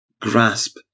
grasp